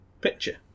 picture